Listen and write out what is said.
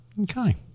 Okay